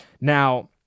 Now